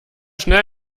schnell